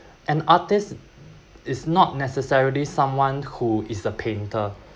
an artist is not necessarily someone who is the painter